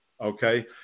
okay